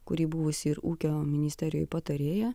kuri buvusi ir ūkio ministerijoj patarėja